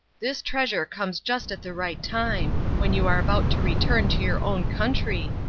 this treasure comes just at the right time, when you are about to return to your own country,